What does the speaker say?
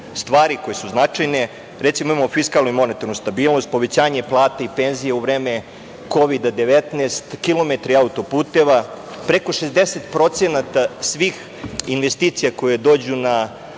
stvari koje su značajne. Recimo, imamo fiskalnu i monetarnu stabilnost, povećanje plata i penzija u vreme Kovida-19, kilometri autoputeva, preko 60% svih investicija koje dođu na